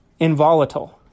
Involatile